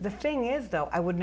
the thing is though i would